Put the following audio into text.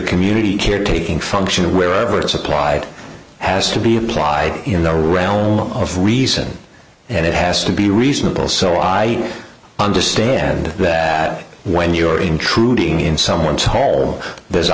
community care taking function wherever it's applied has to be applied in the realm of reason and it has to be reasonable so i understand that when you're already intruding in someone's home there's a